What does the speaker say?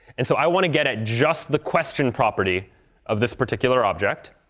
and so i want to get at just the question property of this particular object.